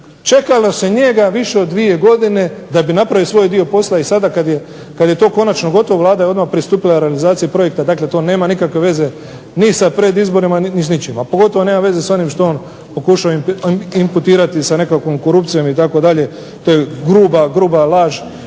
čekalo se njega više od dvije godine da bi napravio svoj dio posla, i sada kada je to konačno gotovo Vlada je odmah pristupila realizaciji projekta. Dakle to nema nikakve veze ni sa pred izborima ni sa ničim, a pogotovo nema veze što on pokušava imputirati sa nekakvom korupcijom itd. To je gruba, gruba laž